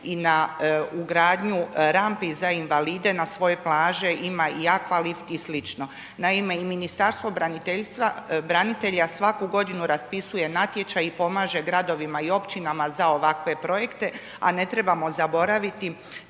i na ugradnju rampi za invalide na svoje plaće, ima i aqua lift i slično. Naime i Ministarstvo braniteljstva, branitelja svaku godinu raspisuje natječaj i pomaže gradovima i općinama za ovakve projekte a ne trebamo zaboraviti